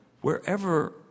Wherever